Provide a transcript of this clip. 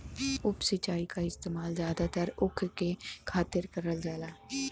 उप सिंचाई क इस्तेमाल जादातर ऊख के खातिर करल जाला